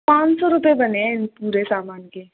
पाँच साै रुपए बने है इन पूरे समान के